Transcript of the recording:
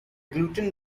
gluten